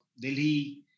Delhi